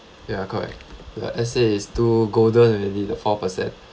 ya correct the S_A is too golden already the four percent